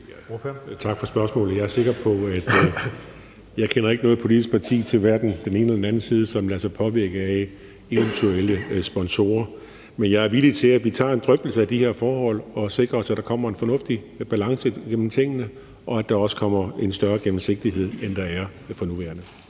Tak for spørgsmålet. Jeg kender ikke noget politisk parti, hverken til den ene eller den anden side, som lader sig påvirke af eventuelle sponsorer, men jeg er villig til, at vi tager en drøftelse af de her forhold og sikrer os, at der kommer en fornuftig balance mellem tingene, og at der også kommer en større gennemsigtighed, end der er for nuværende.